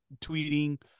tweeting